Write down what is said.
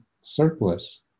surplus